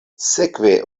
sekve